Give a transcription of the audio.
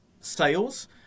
sales